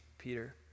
Peter